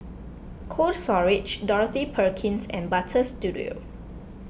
Cold Storage Dorothy Perkins and Butter Studio